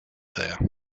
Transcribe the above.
there